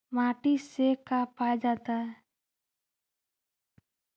माटी से का पाया जाता है?